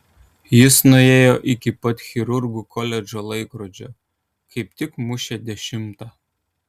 jis nuėjo iki pat chirurgų koledžo laikrodžio kaip tik mušė dešimtą